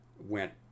went